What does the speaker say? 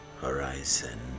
horizon